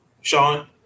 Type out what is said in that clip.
Sean